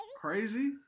Crazy